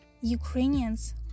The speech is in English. Ukrainians